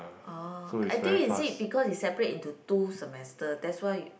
oh I think is it because is separate into two semester that's why